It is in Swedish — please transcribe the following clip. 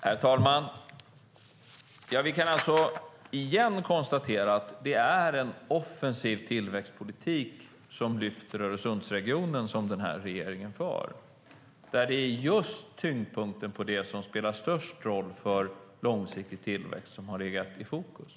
Herr talman! Vi kan alltså åter konstatera att det är en offensiv tillväxtpolitik som den här regeringen för som lyfter Öresundsregionen. Det är just tyngdpunkten på det som spelar störst roll för långsiktig tillväxt som har legat i fokus.